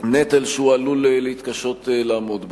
נטל שהוא עלול להתקשות לעמוד בו.